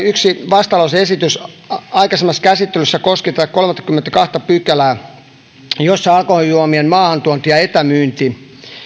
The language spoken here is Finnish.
yksi vastalause esitys aikaisemmassa käsittelyssä koski tätä kolmattakymmenettätoista pykälää jossa alkoholijuomien maahantuonti ja etämyynti